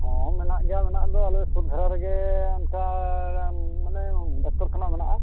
ᱦᱮᱸ ᱢᱮᱱᱟᱜ ᱜᱮᱭᱟ ᱢᱮᱱᱟᱜ ᱫᱚ ᱟᱞᱮ ᱥᱩᱨ ᱫᱷᱟᱨᱮ ᱨᱮᱜᱮ ᱚᱱᱠᱟ ᱢᱟᱱᱮ ᱰᱟᱠᱛᱚᱨ ᱠᱷᱟᱱᱟ ᱢᱮᱱᱟᱜᱼᱟ